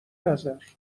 نظر